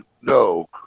No